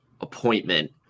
appointment